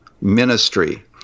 ministry